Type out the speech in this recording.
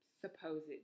supposed